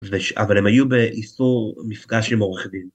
אבל הם היו באיסור מפגש עם עורך דין.